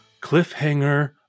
cliffhanger